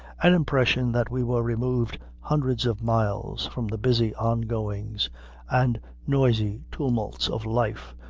an impression that we were removed hundreds of miles from the busy ongoings and noisy tumults of life,